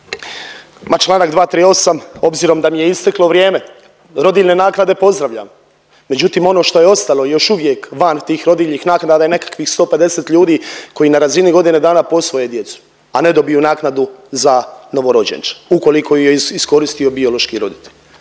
Ma čl. 238., obzirom da mi je isteklo vrijeme, rodiljne naknade pozdravljam, međutim ono što je ostalo još uvijek van tih rodiljnih naknada je nekakvih 150 ljudi koji na razini godine dana posvoje djecu, a ne dobiju naknadu za novorođenče ukoliko ju je iskoristio biološki roditelj.